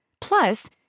Plus